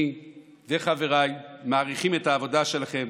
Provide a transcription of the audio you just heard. אני וחבריי מעריכים את העבודה שלכם.